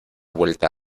vuelta